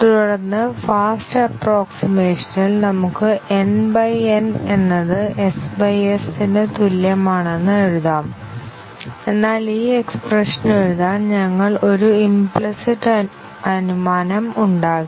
തുടർന്ന് ഫാസ്റ്റ് അപ്പറോക്സിമേഷനിൽ നമുക്ക് n N എന്നത് s S ന് തുല്യമാണെന്ന് എഴുതാം എന്നാൽ ഈ എക്സ്പ്രെഷൻ എഴുതാൻ ഞങ്ങൾ ഒരു ഇംപ്ലിസിറ്റ് അനുമാനം ഉണ്ടാക്കി